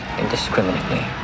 indiscriminately